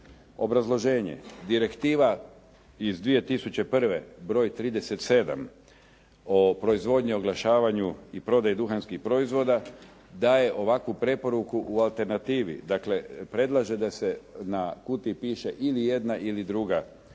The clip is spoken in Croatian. Obrazloženje, direktiva iz 2001. broj 37 o proizvodnji o oglašavanju i prodaji duhanskih proizvoda daje ovakvu preporuku u alternativi. Dakle, predlaže da se na kutiji piše ili jedna ili druga rečenica,